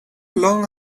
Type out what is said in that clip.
long